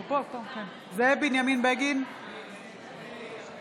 בעד אוריאל בוסו, אינו נוכח ענבר בזק, בעד חיים